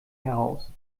heraus